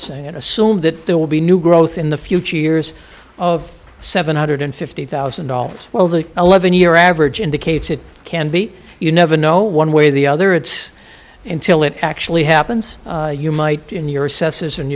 of saying assume that there will be new growth in the future years of seven hundred fifty thousand dollars well the eleven year average indicates it can beat you never know one way or the other it's intil it actually happens you might be in your assesses a